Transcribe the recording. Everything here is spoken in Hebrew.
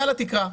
מעל התקרה.